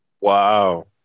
Wow